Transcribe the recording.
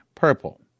Purple